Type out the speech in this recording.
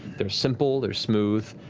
they're simple. they're smooth.